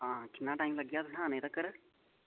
हां किन्ना टाइम लग्गी जाह्ग तुसेंगी आने तक्कर